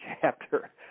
chapter